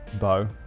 Bow